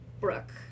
Brooke